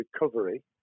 recovery